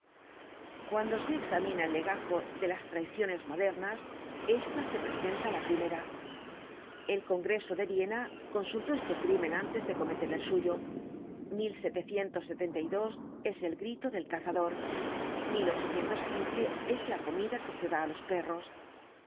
cuando se examina el legajo de las traiciones modernas esta se presenta la primera el congreso de viena consultó este crimen antes de cometer el suyo es el grito del cazador es la comida que se da á los perros